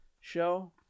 show